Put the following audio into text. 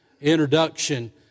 introduction